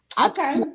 okay